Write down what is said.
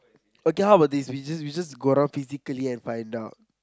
okay how about this we just we just go out physically and find out